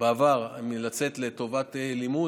בעבר לצאת לטובת לימוד.